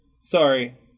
Sorry